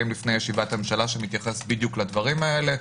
לפני ישיבת הממשלה שמתייחס בדיוק לדברים האלה.